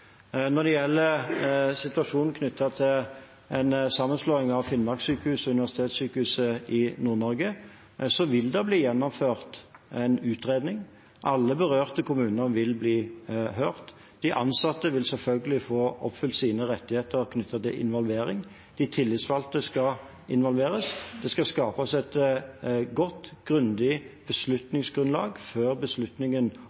Når det gjelder situasjonen knyttet til en sammenslåing av Finnmarkssykehuset og Universitetssykehuset Nord-Norge, vil det bli gjennomført en utredning. Alle berørte kommuner vil bli hørt. De ansatte vil selvfølgelig få oppfylt sine rettigheter knyttet til involvering, og de tillitsvalgte skal involveres. Det skal skapes et godt, grundig